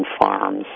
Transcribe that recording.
farms